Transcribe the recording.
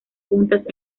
juntas